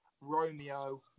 Romeo